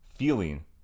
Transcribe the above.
Feeling